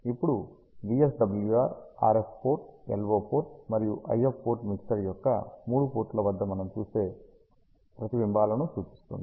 ఇప్పుడు VSWR RF port LO port మరియు IF port mixer యొక్క మూడు పోర్టుల వద్ద మనం చూసే ప్రతిబింబాలను సూచిస్తుంది